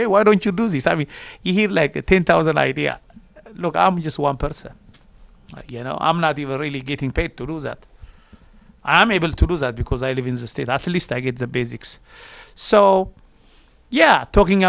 me why don't you do this i mean he like a ten thousand idea look i'm just one person you know i'm not even really getting paid to do that i'm able to do that because i live in the state at least i get the basics so yeah talking